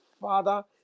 Father